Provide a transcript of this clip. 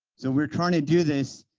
so we're trying to do this